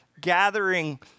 gathering